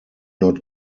not